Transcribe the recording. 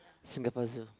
Singapore Zoo